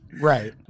Right